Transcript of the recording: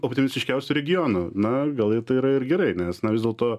optimistiškiausiu regionu na gal ir tai yra ir gerai nes na vis dėlto